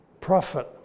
prophet